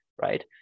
right